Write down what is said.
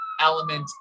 element